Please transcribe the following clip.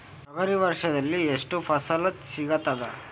ತೊಗರಿ ವರ್ಷದಲ್ಲಿ ಎಷ್ಟು ಫಸಲ ಸಿಗತದ?